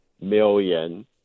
million